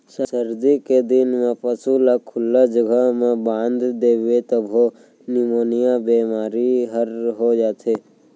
सरदी के दिन म पसू ल खुल्ला जघा म बांध देबे तभो निमोनिया बेमारी हर हो जाथे